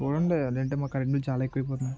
చూడండి లేకుంటే మా కరెంట్ బిల్ చాలా ఎక్కువ అయిపోతుంది